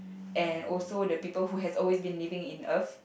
and also the people who has always been living in earth